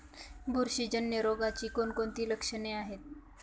बुरशीजन्य रोगाची कोणकोणती लक्षणे आहेत?